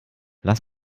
lass